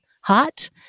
hot